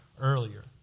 earlier